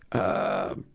ah,